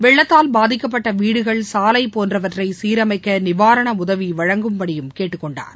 வெள்ளத்தால் பாதிக்கப்பட்ட வீடுகள் சாலை போன்றவற்றை சீரமைக்க நிவாரண உதவி வழங்கும்படியும் கேட்டுக்கொண்டார்